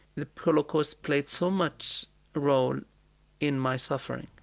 the holocaust played so much role in my suffering.